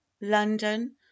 london